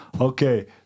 Okay